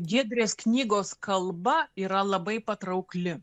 giedrės knygos kalba yra labai patraukli